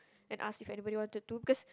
and ask if anybody wanted to because